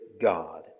God